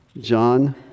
John